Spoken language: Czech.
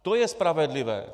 To je spravedlivé!